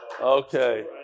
okay